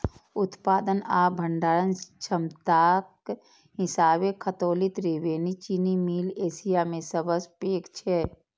उत्पादन आ भंडारण क्षमताक हिसाबें खतौली त्रिवेणी चीनी मिल एशिया मे सबसं पैघ छै